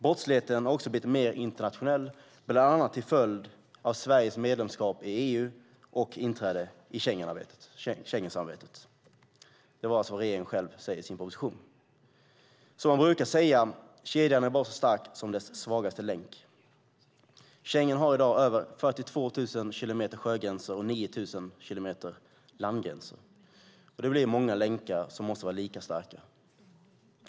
Brottsligheten har också blivit mer internationell, bl.a. till följd av Sveriges medlemskap i EU och inträde i Schengensamarbetet." Det är alltså vad regeringen själv säger i propositionen. Som man brukar säga: Kedjan är bara så stark som dess svagaste länk. Schengen har i dag över 42 000 kilometer sjögränser och 9 000 kilometer landgränser. Det blir många länkar som måste vara lika starka.